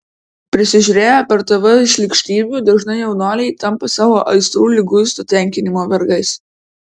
prisižiūrėję per tv šlykštybių dažnai jaunuoliai tampa savo aistrų liguisto tenkinimo vergais